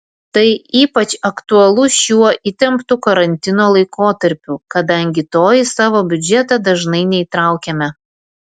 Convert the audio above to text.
tai ypač aktualu šiuo įtemptu karantino laikotarpiu kadangi to į savo biudžetą dažnai neįtraukiame